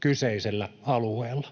kyseisellä alueella.